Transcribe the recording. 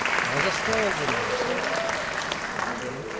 understand you, master cried hugh.